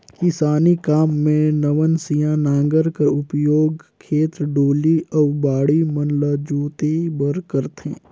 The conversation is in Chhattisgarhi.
किसानी काम मे नवनसिया नांगर कर उपियोग खेत, डोली अउ बाड़ी मन ल जोते बर करथे